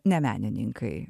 ne menininkai